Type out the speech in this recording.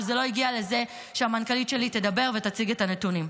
אבל זה לא הגיע לזה שהמנכ"לית שלי תדבר ותציג את הנתונים.